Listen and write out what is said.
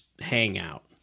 hangout